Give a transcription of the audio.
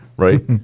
Right